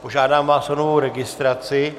Požádám vás o novou registraci.